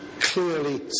clearly